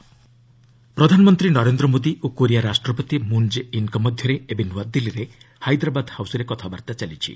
PM Korea ପ୍ରଧାନମନ୍ତ୍ରୀ ନରେନ୍ଦ୍ର ମୋଦି ଓ Korea ରାଷ୍ଟ୍ରପତି ମୁନ୍ ଜେ ଇନ୍ଙ୍କ ମଧ୍ୟରେ ଏବେ ନୂଆଦିଲ୍ଲୀର ହାଇଦ୍ରାବାଦ ହାଉସ୍ରେ କଥାବାର୍ତ୍ତା ଚାଲିଛି